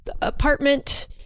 apartment